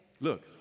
Look